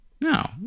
no